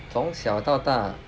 从小到大